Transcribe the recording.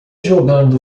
jogando